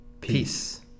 Peace